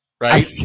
Right